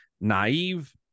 naive